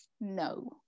no